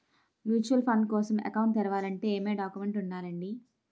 Mutual fund కోసం account తెరవాలంటే ఏమేం డాక్యుమెంట్లు ఉండాలండీ?